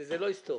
זה לא היסטורית.